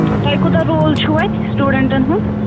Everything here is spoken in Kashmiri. تۄہہِ کوٗتاہ رول چھُو اَتہِ سِٹوٗڈنٛٹَن ہُنٛد